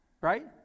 Right